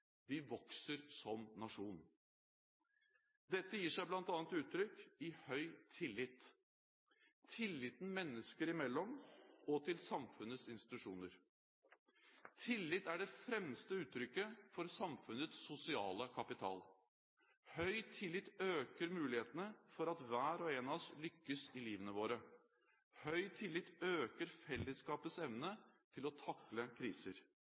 Vi vokser som nasjon. Dette gir seg bl.a. uttrykk i høy tillit – tilliten mennesker imellom og til samfunnets institusjoner. Tillit er det fremste uttrykket for samfunnets sosiale kapital. Høy tillit øker muligheten for at hver og en av oss lykkes i livene våre. Høy tillit øker fellesskapets evne til å takle kriser.